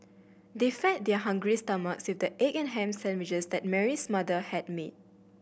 they fed their hungry stomach with the egg and ham sandwiches that Mary's mother had made